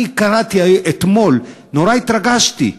קראתי אתמול, נורא התרגשתי,